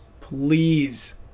Please